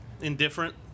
indifferent